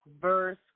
verse